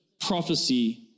prophecy